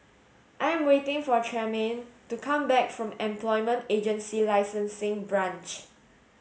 I am waiting for Tremaine to come back from Employment Agency Licensing Branch